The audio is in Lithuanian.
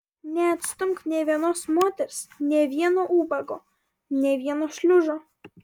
neatstumk nė vienos moters nė vieno ubago nė vieno šliužo